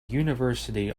university